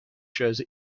shows